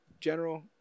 General